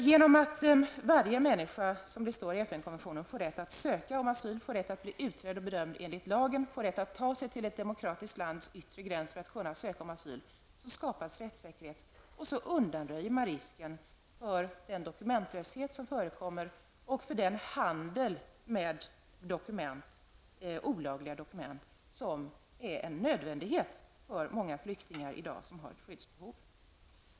Genom att varje människa, som det står i FN konventionen, får rätt att söka asyl, får rätt att bli utredd och bedömd enligt lagen, får rätt att ta sig till ett demokratiskt lands yttre gräns för att kunna ansöka om asyl, skapas rättssäkerhet och man undanröjer risken för den dokumentlöshet som förekommer och för den handel med olagliga dokument som i dag är en nödvändighet för många flyktingar som har ett skyddsbehov.